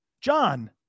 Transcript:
John